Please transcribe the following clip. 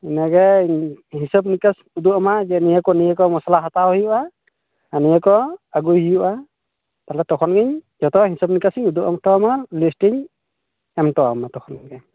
ᱱᱚᱰᱮ ᱦᱤᱥᱟᱹᱵ ᱱᱤᱠᱟᱹᱥ ᱩᱫᱩᱜ ᱟᱢᱟᱜ ᱡᱮ ᱱᱤᱭᱟᱹᱠᱚ ᱱᱤᱭᱟᱹᱠᱚ ᱢᱚᱥᱞᱟ ᱦᱟᱛᱟᱣ ᱦᱩᱭᱩᱜᱼᱟ ᱟᱨ ᱱᱤᱭᱟᱹᱠᱚ ᱟᱹᱜᱩᱭ ᱦᱩᱭᱩᱜᱼᱟ ᱛᱟᱦᱚᱞᱮ ᱛᱚᱠᱷᱚᱱᱜᱤᱧ ᱡᱚᱛᱚ ᱦᱤᱥᱟᱹᱵᱽ ᱱᱤᱠᱟᱹᱥᱤᱧ ᱩᱫᱩᱜ ᱮᱢ ᱦᱚᱴᱚᱣᱟᱢᱟ ᱛᱚᱠᱷᱚᱱᱜᱮ